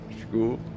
school